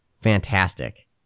Fantastic